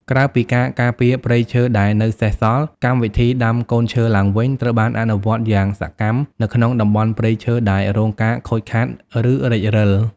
ក្រៅពីការការពារព្រៃឈើដែលនៅសេសសល់ កម្មវិធីដាំកូនឈើឡើងវិញ ត្រូវបានអនុវត្តយ៉ាងសកម្មនៅក្នុងតំបន់ព្រៃឈើដែលរងការខូចខាត ឬរិចរិល។